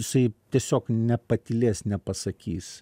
jisai tiesiog nepatylės nepasakys